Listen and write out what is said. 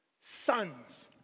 sons